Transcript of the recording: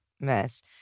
mess